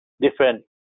different